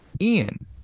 Ian